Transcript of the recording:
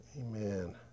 Amen